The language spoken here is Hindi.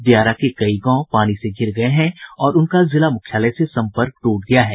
दियारा के कई गांव पानी से धिर गये हैं और उनका जिला मुख्यालय से संपर्क ट्रट गया है